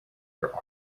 your